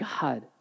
God